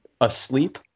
asleep